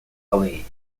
away